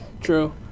True